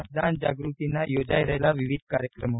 મતદાન જાગ્રતિના યોજાઇ રહેલા વિવિધ કાર્યક્રમો